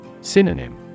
Synonym